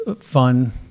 fun